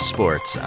Sports